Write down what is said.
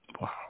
Wow